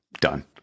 done